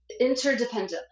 interdependently